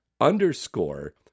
underscore